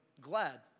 glad